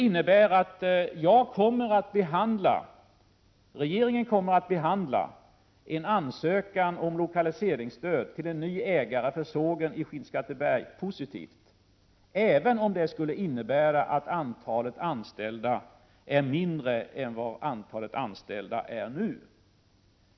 Regeringen kommer därför att behandla en ansökan om lokaliseringsstöd till en ny ägare av sågen i Skinnskatteberg positivt, även om antalet anställda blir mindre än vad det är nu.